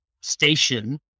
station